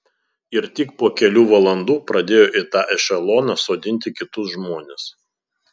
ir tik po kelių valandų pradėjo į tą ešeloną sodinti kitus žmones